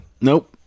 Nope